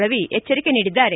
ರವಿ ಎಚ್ಚರಿಕೆ ನೀಡಿದ್ದಾರೆ